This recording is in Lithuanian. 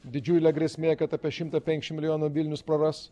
didžiulė grėsmė kad apie šimtą penkiasdešimt milijonų vilnius praras